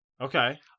Okay